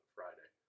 Friday